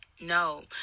No